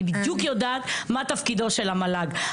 אני יודעת בדיוק מה תפקידו של המל"ג.